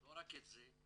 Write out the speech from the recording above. לא רק את זה,